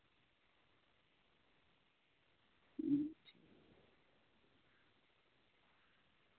अ